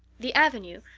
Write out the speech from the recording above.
the avenue,